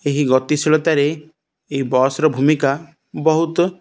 ଏହି ଗତିଶୀଳତାରେ ଏହି ବସ୍ର ଭୂମିକା ବହୁତ